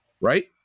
right